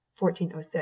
1406